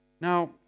Now